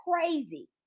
crazy